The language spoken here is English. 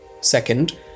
Second